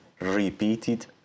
repeated